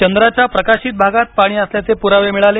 चंद्राच्या प्रकाशित भागात पाणी असल्याचे पुरावे मिळाले